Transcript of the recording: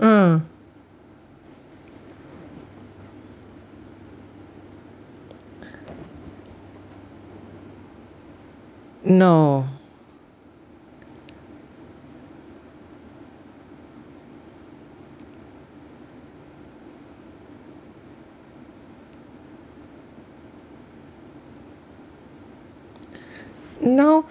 mm no you know